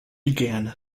began